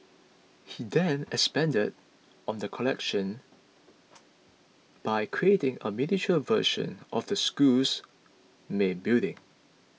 he then expanded on the collection by creating a miniature version of the school's main building